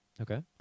Okay